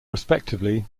respectively